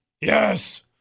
yes